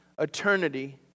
eternity